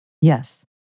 yes